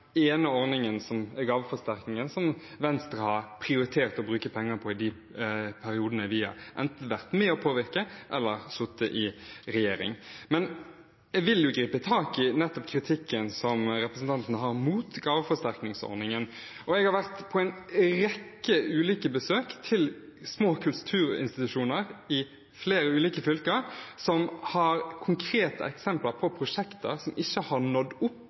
ordningen, gaveforsterkningsordningen, som Venstre har prioritert å bruke penger på i de periodene vi enten har vært med og påvirket eller sittet i regjering. Men jeg vil gripe tak i kritikken som representanten har mot gaveforsterkningsordningen. Jeg har vært på en rekke ulike besøk til små kulturinstitusjoner i flere ulike fylker som har konkrete eksempler på prosjekter som ikke har nådd opp